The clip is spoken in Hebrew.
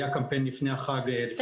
היה קמפיין לפני החג, בפסח.